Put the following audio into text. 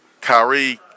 Kyrie